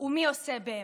ומי עושה באמת.